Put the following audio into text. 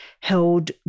held